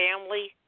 family